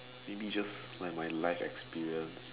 maybe just like my life experience